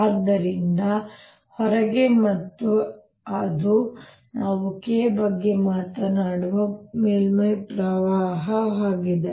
ಆದ್ದರಿಂದ ಹೊರಗೆ ಮತ್ತು ಅದು ನಾವು k ಬಗ್ಗೆ ಮಾತನಾಡುವ ಮೇಲ್ಮೈ ಪ್ರವಾಹವಾಗಿದೆ